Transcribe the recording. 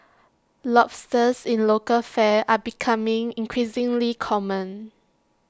lobsters in local fare are becoming increasingly common